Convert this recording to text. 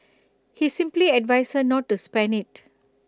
he simply advised her not to spend IT